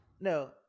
no